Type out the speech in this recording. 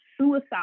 suicide